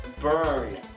Burn